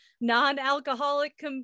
non-alcoholic